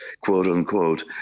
quote-unquote